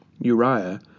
Uriah